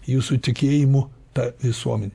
jūsų tikėjimu ta visuomene